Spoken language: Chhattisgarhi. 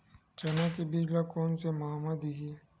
चना के बीज ल कोन से माह म दीही?